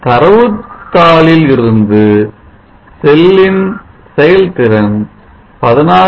தரவு தரவு தாளில் இருந்து செல்லின் செயல்திறன் 16